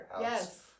Yes